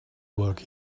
work